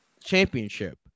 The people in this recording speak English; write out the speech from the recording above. Championship